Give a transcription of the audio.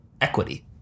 equity